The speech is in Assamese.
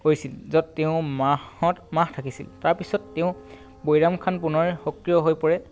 কৰিছিল য'ত তেওঁ মাহত মাহ থাকিছিল তাৰপিছত তেওঁ বৈৰামখান পুনৰ সক্ৰিয় হৈ পৰে